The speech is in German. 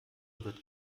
wird